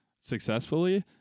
successfully